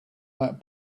that